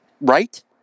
Right